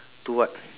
to what